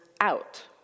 out